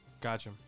Gotcha